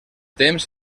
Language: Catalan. temps